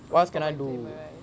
go out for my right